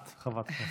את חברת כנסת.